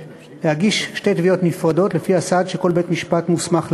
להגיש שתי תביעות נפרדות לפי הסעד שכל בית-משפט מוסמך לתת.